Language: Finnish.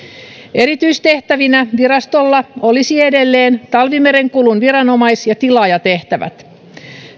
erityistehtävinä virastolla olisivat edelleen talvimerenkulun viranomais ja tilaajatehtävät